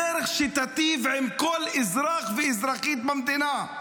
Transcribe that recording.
דרך שתטיב עם כל אזרח ואזרחית במדינה,